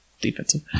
defensive